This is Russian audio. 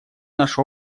наш